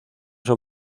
son